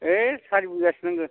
ओइ सारि बिगासो नांगोन